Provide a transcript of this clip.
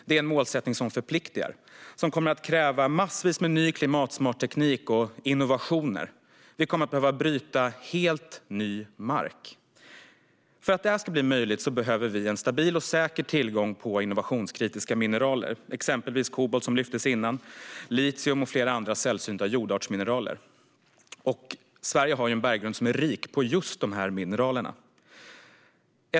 Den målsättningen förpliktar och den kommer att kräva att vi utvecklar ny klimatsmart teknik och innovationer. Vi kommer att behöva bryta helt ny mark. För att det ska bli möjligt behöver vi en stabil och säker tillgång på innovationskritiska mineraler, exempelvis kobolt, litium och flera andra sällsynta jordartsmineraler. Sverige har en berggrund som är rik på just dessa mineraler.